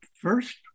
first